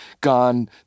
gone